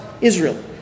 Israel